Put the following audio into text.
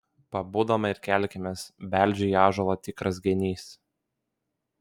pabudome ir kelkimės beldžia į ąžuolą tikras genys